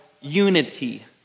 unity